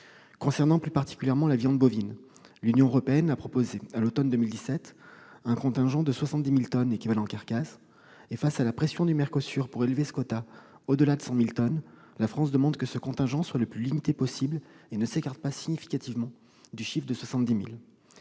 Concernant plus particulièrement la viande bovine, l'Union européenne a proposé à l'automne 2017 un contingent de 70 000 tonnes équivalent carcasse. Face à la pression du MERCOSUR pour élever ce quota au-delà de 100 000 tonnes, la France demande que ce contingent soit le plus limité possible et ne s'écarte pas significativement du chiffre de 70 000